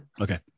Okay